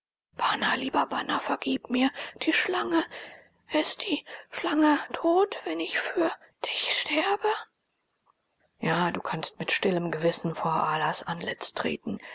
lieber bana vergib mir die schlange ist die schlange tot wenn ich für dich sterbe ja du kannst mit stillem gewissen vor allahs antlitz treten